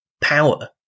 power